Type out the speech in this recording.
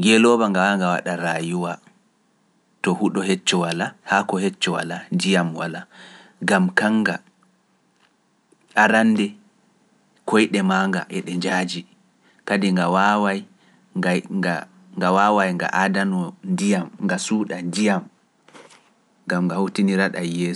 ngeelooba nga waawa nga waɗa raayuwa, to huuɗo hecco walaa haa ko hecco walaa, njiyam walaa, gam kanga arande koyɗe maa nga e ɗe njaaji, kadi nga waaway nga aadanoo ndiyam nga suuɗa njiyam, gam nga hutinira ɗa yeeso.